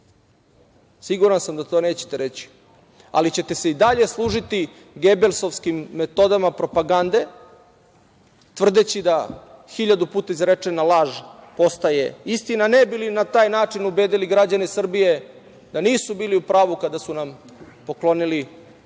Siguran sam da to nećete reći, ali ćete se i dalje služiti Gebelsovskim metodama propagande tvrdeći da hiljadu puta izrečena laž postaje istine, ne bi li na taj način ubedili građane Srbije da nisu bili u pravu kada su nam poklonili